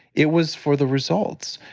it was for the results.